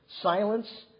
Silence